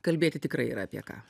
kalbėti tikrai yra apie ką